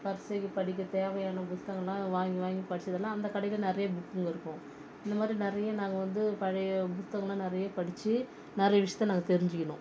பரீட்சைக்கு படிக்கத் தேவையான புத்தகமெலாம் வாங்கி வாங்கி படித்துக்கலாம் அந்த கடையிலையும் நிறைய புக்குங்க இருக்கும் இந்தமாதிரி நிறைய நாங்கள் வந்து பழைய புத்தகமெலாம் நிறைய படித்து நிறைய விஷயத்தை நாங்கள் தெரிஞ்சுக்கினோம்